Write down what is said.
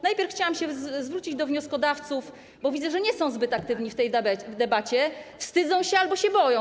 Najpierw chciałam się zwrócić do wnioskodawców, bo widzę, że nie są zbyt aktywni w tej debacie, wstydzą się albo się boją.